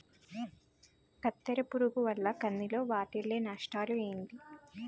కత్తెర పురుగు వల్ల కంది లో వాటిల్ల నష్టాలు ఏంటి